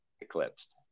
eclipsed